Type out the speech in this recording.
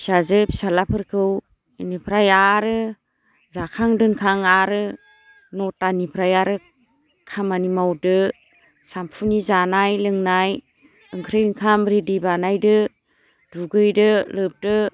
फिजाजो फिसाज्लाफोरखौ इनिफ्राय आरो जाखां दोनखां आरो नथानिफ्राय आरो खामानि मावदो सामफुनि जानाय लोंनाय ओंख्रि ओंखाम रेडि बानायदो दुगैदो लोबदो